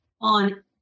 on